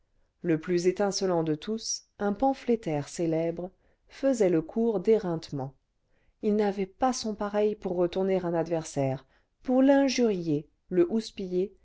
le plus étincelant de tous un pamphlétaire célèbre faisait le cours d'éreintement il n'avait pas son pareil pour retourner un adversaire pour l'injurier le houspiller